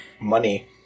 money